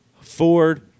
Ford